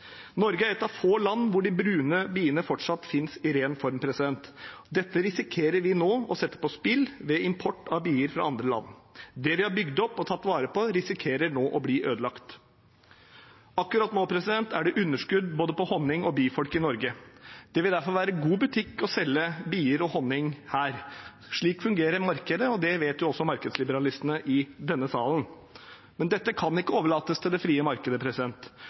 Norge er et av få land hvor de brune biene fortsatt finnes i ren form. Dette risikerer vi nå å sette på spill ved import av bier fra andre land. Det vi har bygd opp og tatt vare på, risikerer nå å bli ødelagt. Akkurat nå er det underskudd på både honning og bifolk i Norge. Det vil derfor være god butikk å selge bier og honning her. Slik fungerer markedet, og det vet også markedsliberalistene i denne salen. Men dette kan ikke overlates til det frie markedet.